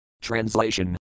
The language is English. Translation